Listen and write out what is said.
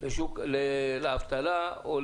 לאבטלה או